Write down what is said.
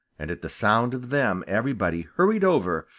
and at the sound of them everybody hurried over,